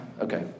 Okay